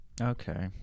Okay